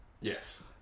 Yes